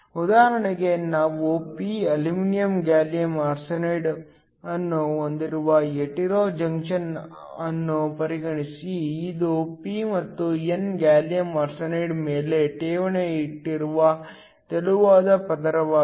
ಉದಾಹರಣೆಗೆ ನಾವು p aluminium gallium arsenide ಅನ್ನು ಹೊಂದಿರುವ ಹೆಟೆರೊ ಜಂಕ್ಷನ್ ಅನ್ನು ಪರಿಗಣಿಸಿ ಇದು p ಮತ್ತು n ಗ್ಯಾಲಿಯಮ್ ಆರ್ಸೆನೈಡ್ ಮೇಲೆ ಠೇವಣಿ ಇಟ್ಟಿರುವ ತೆಳುವಾದ ಪದರವಾಗಿದೆ